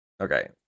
Okay